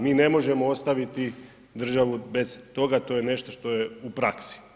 Mi ne možemo ostaviti državu bez toga, to je nešto što je u praksi.